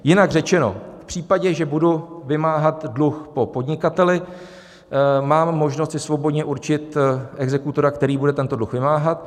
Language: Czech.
Jinak řečeno, v případě, že budu vymáhat dluh po podnikateli, mám možnost si svobodně určit exekutora, který bude tento dluh vymáhat.